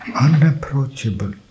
unapproachable